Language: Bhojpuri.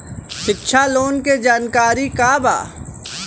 शिक्षा लोन के जानकारी का बा?